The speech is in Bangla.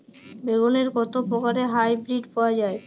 বেগুনের কত প্রকারের হাইব্রীড পাওয়া যায়?